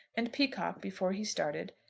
and peacocke, before he started,